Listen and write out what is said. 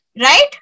right